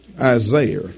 Isaiah